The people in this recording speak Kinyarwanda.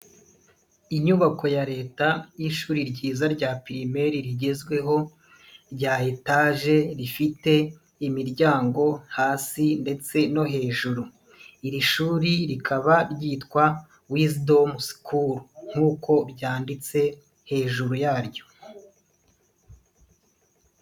Inyubako ya leta y'ishuri ryiza rya primary rigezweho , rya etage rifite imiryango hasi ndetse no hejuru, iri shuri rikaba ryitwa wisdom school nkuko byanditse hejuru yaryo.